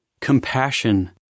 Compassion